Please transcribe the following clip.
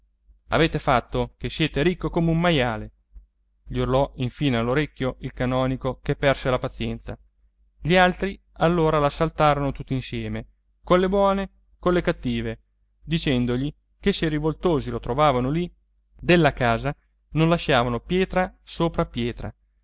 avete fatto che siete ricco come un maiale gli urlò infine all'orecchio il canonico che perse la pazienza gli altri allora l'assaltarono tutti insieme colle buone colle cattive dicendogli che se i rivoltosi lo trovavano lì della casa non lasciavano pietra sopra pietra